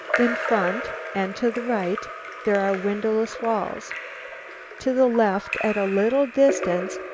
in front and to the right there are windowless walls to the left, at a little distance,